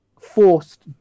forced